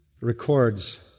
records